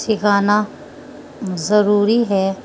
سکھانا ضروری ہے